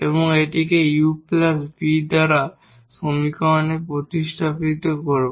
এবং এটিকে 𝑢 𝑣 দ্বারা সমীকরণে প্রতিস্থাপন করব